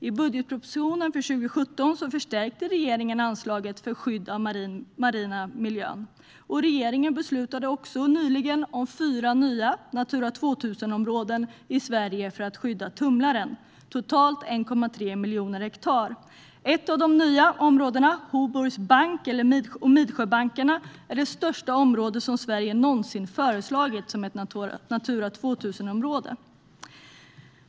I budgetpropositionen för 2017 förstärkte regeringen anslaget för skydd av den marina miljön, och regeringen beslutade också nyligen om fyra nya Natura 2000-områden i Sverige för att skydda tumlaren, totalt 1,3 miljoner hektar. Ett av de nya områdena, Hoburgs bank och Midsjöbankarna, är det största område som Sverige någonsin föreslagit som Natura 2000-område.